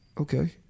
Okay